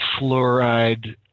fluoride